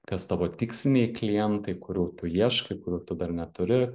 kas tavo tiksliniai klientai kurių tu ieškai kurių tu dar neturi